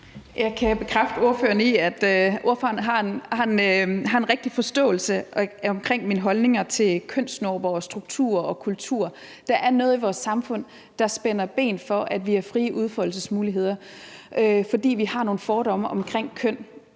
Jeg kan bekræfte ordføreren i, at ordføreren har en rigtig forståelse omkring mine holdninger til kønsnormer og strukturer og kultur. Der er noget i vores samfund, der spænder ben for, at vi har frie udfoldelsesmuligheder, fordi vi har nogle fordomme omkring køn.